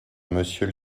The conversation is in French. monsieur